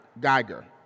Geiger